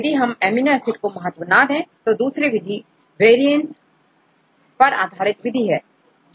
यदि हम amino acid को महत्व ना दें तो दूसरी विधि वेरिएंट आधारित विधि है